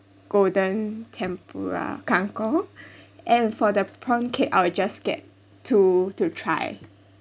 golden tempura kangkong and for the prawn cake I'll just get two to try